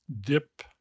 dip